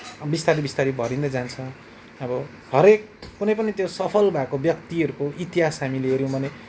बिस्तारी बिस्तारी भरिँदै जान्छ अब हरेक कुनैपनि त्यो सफल भएको व्यक्तिहरूको इतिहास हामीले हेऱ्यौँ भने